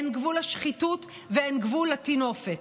אין גבול לשחיתות ואין גבול לטינופת.